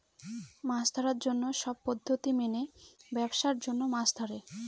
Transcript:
মাছ ধরার জন্য সব পদ্ধতি মেনে ব্যাবসার জন্য মাছ ধরে